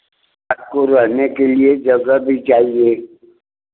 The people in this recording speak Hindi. आपको रहने के लिए जगह भी चाहिए